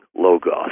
Logos